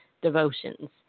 devotions